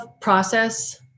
process